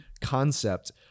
concept